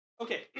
Okay